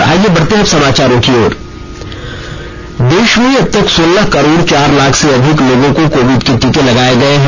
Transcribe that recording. और आइए बढ़ते हैं अब समाचारों की ओर देश में अबतक सोलह करोड़ चार लाख से अधिक लोगों को कोविड के टीके लगाए गए हैं